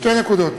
שתי נקודות.